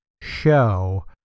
show